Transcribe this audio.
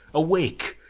awake!